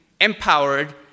empowered